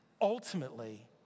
ultimately